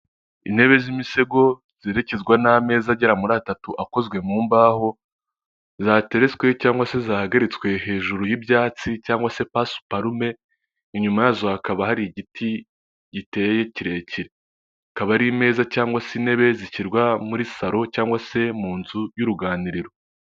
Intebe z'imisego ziherekezwa n'amezaza agera muri atatu akozwe mu mbaho, zateretswe cyangwag se zahagaritswe hejuru y'ibyatsi cyangwa se pasiparume, inyuma yazo hakaba hari igiti giteye kirekire, zikaba ari imeza cyangwa se intebe zishyirwa muri salo cyangwag se mu nzu y'uruganiriro.